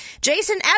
jason